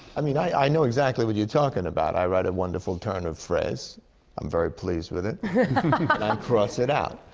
i mean, i i know exactly what you're talking about. i write a wonderful turn of phrase. i'm very pleased with it. but and i cross it out.